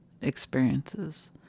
experiences